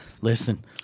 listen